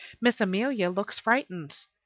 miss amelia looks frightened,